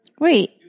Wait